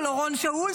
של אורון שאול,